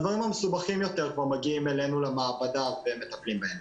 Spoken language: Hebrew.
הדברים המסובכים יותר כבר מגיעים אלינו למעבדה ושם מטפלים בהם.